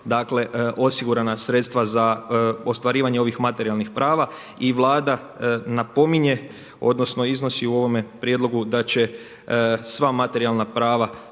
dakle osigurana sredstva za ostvarivanje ovih materijalnih prava i Vlada napominje odnosno iznosi u ovome prijedlogu da će sva materijalna prava